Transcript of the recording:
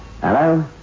Hello